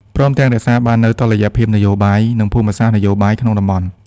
ព្រមទាំងរក្សាបាននូវតុល្យភាពនយោបាយ និងភូមិសាស្ត្រនយោបាយក្នុងតំបន់។